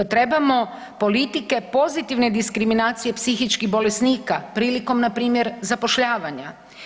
Trebamo politike pozitivne diskriminacije psihičkih bolesnika, prilikom npr. zapošljavanja.